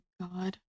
god